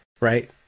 Right